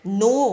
no